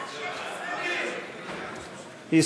הכספים 2017, לא נתקבלה.